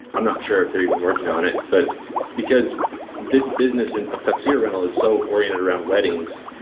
i'm not sure if they're even working on it, but because this business and of tuxedo rental is so oriented around weddings,